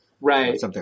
Right